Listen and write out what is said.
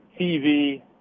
TV